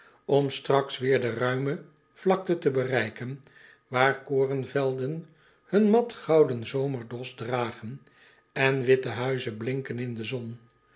om straks weêr de ruime vlakte te bereiken waar korenvelden hun matgouden zomerdos dragen en witte huizen blinken in de zon